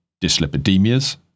Dyslipidemias